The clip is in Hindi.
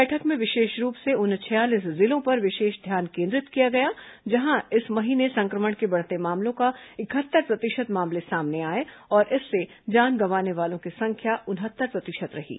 बैठक में विशेष रूप से उन छियालीस जिलों पर विशेष ध्यान केंद्रित किया गया जहां इस महीने संक्रमण के बढ़ते मामलों का इकहत्तर प्रतिशत मामले सामने आए और इससे जान गंवाने वालों की संख्या उनहत्तर प्रतिशत रही है